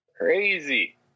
crazy